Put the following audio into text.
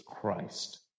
Christ